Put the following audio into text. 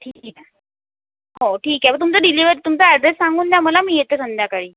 ठीक ठीक हो ठीक आहे मग तुमचा डिलिवर् तुमचा अॅड्रेस सांगून द्या मला मी येते संध्याकाळी